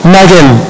Megan